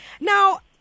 Now